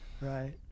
Right